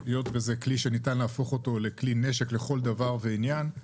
היות שזה כלי שניתן להפוך אותו לכלי נשק לכל דבר ועניין,